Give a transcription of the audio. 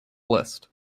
list